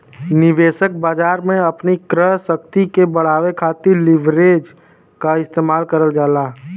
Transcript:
निवेशक बाजार में अपनी क्रय शक्ति के बढ़ावे खातिर लीवरेज क इस्तेमाल करल जाला